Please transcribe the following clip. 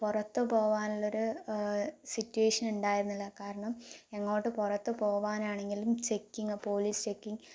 പുറത്ത് പോകാനുള്ളൊരു സിറ്റുവേഷൻ ഉണ്ടായിരുന്നില്ല കാരണം എങ്ങോട്ട് പുറത്തുപോകാൻ ആണെങ്കിലും ചെക്കിങ് പോലീസ് ചെക്കിങ്